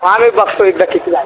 हा मी बघतो एकदा किती झाले